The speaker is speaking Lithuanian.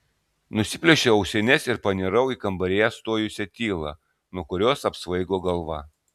nusiplėšiau ausines ir panirau į kambaryje stojusią tylą nuo kurios apsvaigo galva